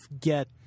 get